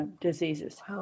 diseases